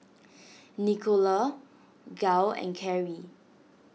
Nicola Gale and Carrie